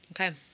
Okay